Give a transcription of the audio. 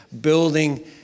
building